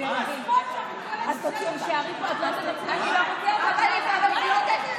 מספיק עם הספונג'ה מכל הזבל, אני לא יורדת.